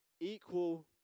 equal